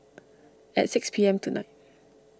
at six P M tonight